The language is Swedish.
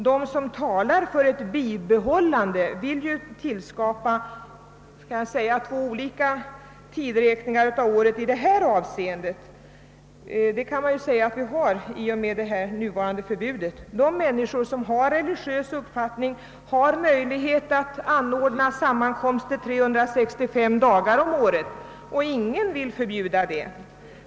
De som talar för ett bibehållande av förbudet vill ha två olika tideräkningar för året i detta avseende — det kan man säga att vi har i och med det nuvarande förbudet. De människor som har en religiös uppfattning kan anordna sammankomster under 365 dagar på året — ingen vill förbjuda det.